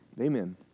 Amen